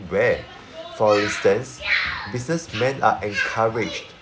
where for instance businessmen are encouraged